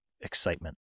excitement